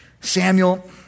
Samuel